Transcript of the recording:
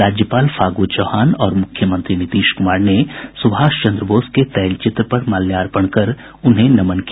राज्यपाल फागू चौहान और मुख्यमंत्री नीतीश कुमार ने सुभाष चन्द्र बोस के तैलचित्र पर माल्यार्पण कर उन्हें नमन किया